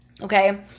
okay